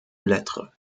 lettres